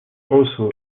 also